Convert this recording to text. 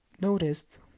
noticed